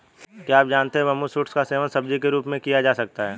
क्या आप जानते है बम्बू शूट्स का सेवन सब्जी के रूप में किया जा सकता है?